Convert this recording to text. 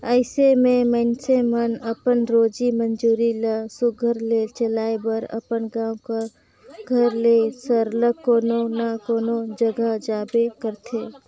अइसे में मइनसे मन अपन रोजी मंजूरी ल सुग्घर ले चलाए बर अपन गाँव घर ले सरलग कोनो न कोनो जगहा जाबे करथे